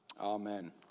Amen